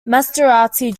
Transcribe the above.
maserati